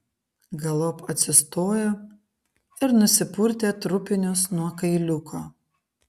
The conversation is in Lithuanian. galop atsistojo ir nusipurtė trupinius nuo kailiuko